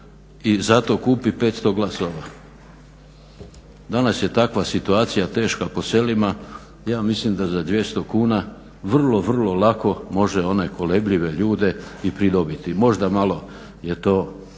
i zato kupi 500 glasova. Danas je takva situacija teška po selima, ja mislim da za 200 kuna vrlo vrlo lako može one kolebljive ljude i pridobiti. Možda malo to